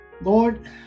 Lord